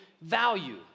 value